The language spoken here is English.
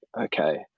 okay